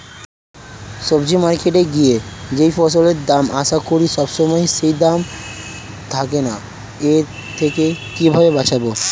সবজি মার্কেটে গিয়ে যেই ফসলের দাম আশা করি সবসময় সেই দাম থাকে না এর থেকে কিভাবে বাঁচাবো?